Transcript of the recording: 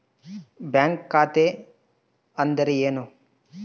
Bank ಖಾತೆ ಅಂದರೆ ಏನು?